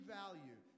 value